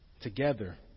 together